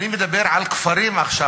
אני מדבר על כפרים עכשיו,